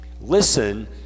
listen